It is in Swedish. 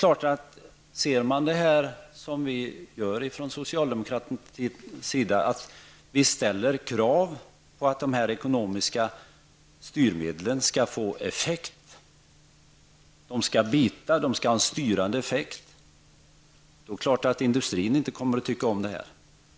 Om man, som vi gör från socialdemokratins sida, ställer krav på att de ekonomiska styrmedlen skall få effekt är det klart att industrin inte kommer att tycka om dem.